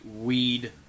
weed